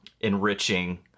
enriching